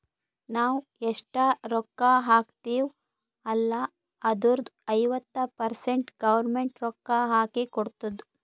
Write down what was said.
ನಾವ್ ಎಷ್ಟ ರೊಕ್ಕಾ ಹಾಕ್ತಿವ್ ಅಲ್ಲ ಅದುರ್ದು ಐವತ್ತ ಪರ್ಸೆಂಟ್ ಗೌರ್ಮೆಂಟ್ ರೊಕ್ಕಾ ಹಾಕಿ ಕೊಡ್ತುದ್